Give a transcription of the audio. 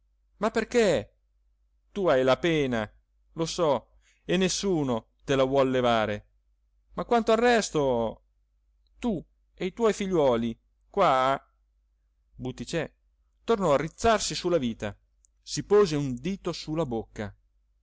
ma perché tu hai la pena lo so e nessuno te la vuol levare ma quanto al resto tu e i tuoi figliuoli qua butticè tornò a rizzarsi su la vita si pose un dito su la bocca